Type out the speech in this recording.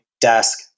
desk